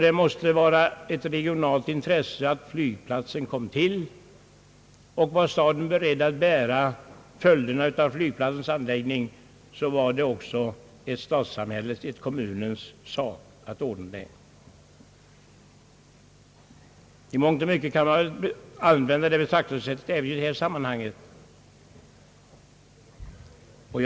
Det måste vara ett regionalt intresse att flygplatsen kom till stånd, och var staden beredd att bära följderna av flygplatsens anläggning var det också en stadssamhällets, en kommunens sak att ordna det. I mångt och mycket kan väl det betraktelsesättet tillämpas också här.